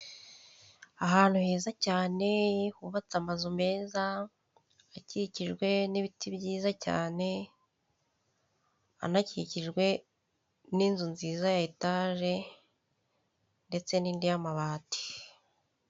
Ahantu heza cyane hubatse amazu meza akikijwe n'ibiti byiza cyane anakikijwe n'inzu nziza ya etaje ndetse n'indi y'amabati.